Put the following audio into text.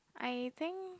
I think